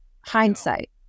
hindsight